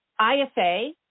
IFA